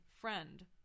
friend